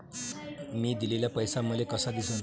मी दिलेला पैसा मले कसा दिसन?